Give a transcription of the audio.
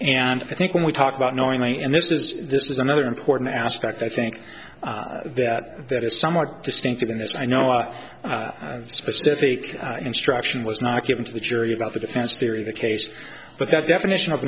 and i think when we talk about knowingly and this is this is another important aspect i think that that is somewhat distinctive in this i know of specific instruction was not given to the jury about the defense theory of the case but that definition of